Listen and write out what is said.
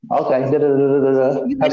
Okay